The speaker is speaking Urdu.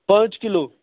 پانچ کلو